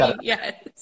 Yes